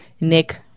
Nick